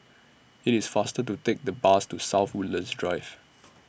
IT IS faster to Take The Bus to South Woodlands Drive